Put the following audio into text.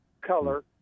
color